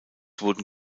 wurden